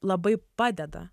labai padeda